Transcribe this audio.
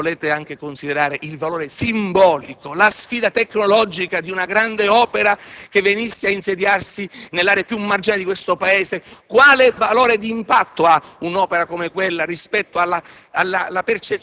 Volete poi considerare anche il valore simbolico, la sfida tecnologica di una grande opera che venisse ad insediarsi nella area più marginale di questo Paese? Quale valore d'impatto ha un'opera come quella rispetto alla